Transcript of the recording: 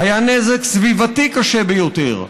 היה נזק סביבתי קשה ביותר,